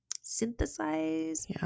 synthesize